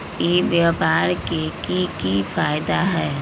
ई व्यापार के की की फायदा है?